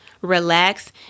relax